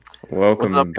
Welcome